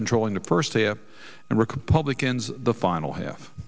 control in the first day of the republicans the final half